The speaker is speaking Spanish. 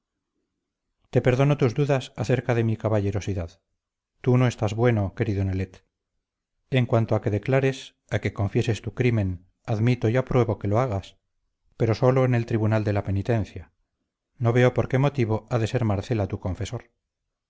te perdono tus dudas acerca de mi caballerosidad tú no estás bueno querido nelet en cuanto a que declares a que confieses tu crimen admito y apruebo que lo hagas pero sólo en el tribunal de la penitencia no veo por qué motivo ha de ser marcela tu confesor